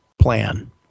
plan